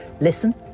Listen